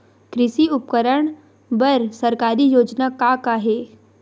कृषि उपकरण बर सरकारी योजना का का हे?